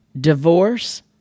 divorce